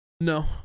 no